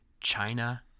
China